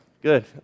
Good